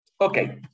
Okay